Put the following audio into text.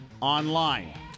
online